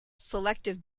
selective